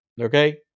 okay